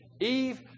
Eve